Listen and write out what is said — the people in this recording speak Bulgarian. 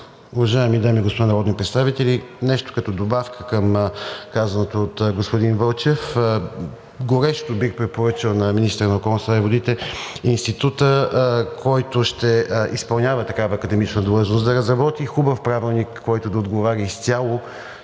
Уважаеми дами и господа народни представители! Нещо като добавка към казаното от господин Вълчев. Горещо бих препоръчал на министъра на околната среда и водите Институтът, който ще изпълнява такава академична длъжност, да разработи хубав правилник, който да отговаря изцяло